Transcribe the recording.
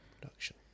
production